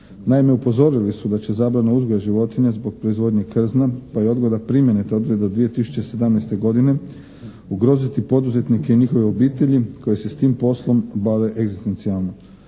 Naime upozorili su da će zabrana uzgoja životinja zbog proizvodnje krzna, pa i odgoda primjene te odredbe do 2017. godine ugroziti poduzetnike i njihove obitelji koje se s tim poslom bave egzistencijalno,